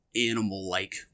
animal-like